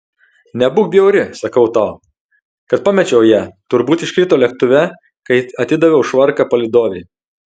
nebūk bjauri sakau tau kad pamečiau ją turbūt iškrito lėktuve kai atidaviau švarką palydovei